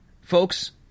folks